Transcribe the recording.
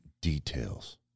details